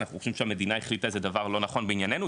אנחנו חושבים שהמדינה החליטה איזה דבר לא נכון בענייננו,